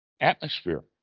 atmosphere